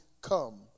come